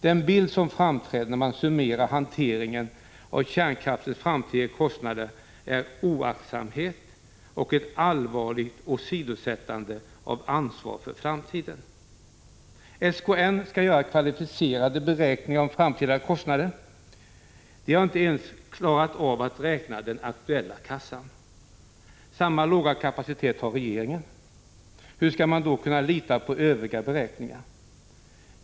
Den bild som framträder när man summerar hanteringen av kärnkraftens framtida kostnader är oaktsamhet och ett allvarligt åsidosättande av ansvaret för framtiden. SKN skall göra kvalificerade beräkningar om framtida kostnader. Man klarar inte ens att räkna den aktuella kassan. Samma låga kapacitet har regeringen. Hur skall vi då kunna lita på övriga beräkningar?